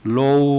low